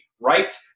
right